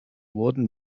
wurden